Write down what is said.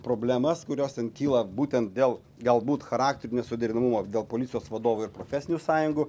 problemas kurios ten kyla būtent dėl galbūt charakterių nesuderinamumo dėl policijos vadovų ir profesinių sąjungų